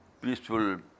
peaceful